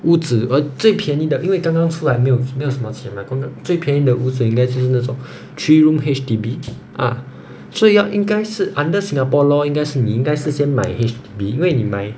屋子 uh 最便宜的因为刚刚出来没有没有什么钱嘛供的最便宜的屋子应该就是那种 three room H_D_B ah 所以要应该是 under singapore law 应该是你应该是先买 H_D_B 因为你买